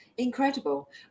incredible